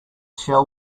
shall